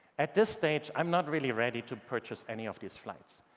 at this stage, i'm not really ready to purchase any of these flights.